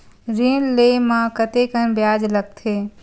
ऋण ले म कतेकन ब्याज लगथे?